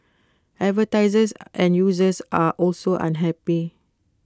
advertisers and users are also unhappy